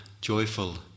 joyful